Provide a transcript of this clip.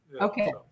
Okay